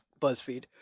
BuzzFeed